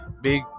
Big